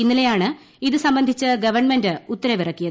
ഇന്നലെയാണ് ഇത് സംബന്ധിച്ച് ഗവൺമെന്റ് ഉത്തരവിറക്കി